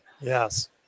Yes